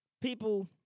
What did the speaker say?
People